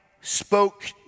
spoke